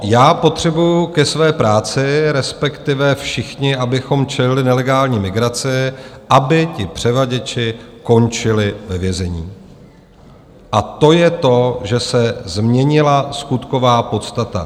Já potřebuji ke své práci, respektive všichni, abychom čelili nelegální migraci, aby ti převaděči končili ve vězení, a to je to, že se změnila skutková podstata.